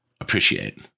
appreciate